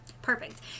Perfect